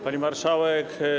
Pani Marszałek!